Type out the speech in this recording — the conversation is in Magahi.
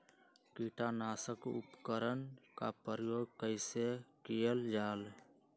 किटनाशक उपकरन का प्रयोग कइसे कियल जाल?